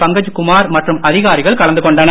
பங்கஜ் குமார்மற்றும் அதிகாரிகள் கலந்து கொண்டனர்